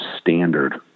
standard